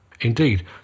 indeed